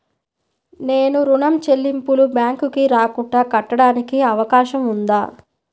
నేను ఋణం చెల్లింపులు బ్యాంకుకి రాకుండా కట్టడానికి అవకాశం ఉందా?